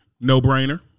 No-brainer